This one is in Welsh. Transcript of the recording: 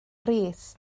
rees